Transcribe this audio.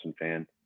fan